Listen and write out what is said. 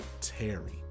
Terry